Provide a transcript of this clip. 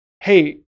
hey